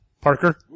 Parker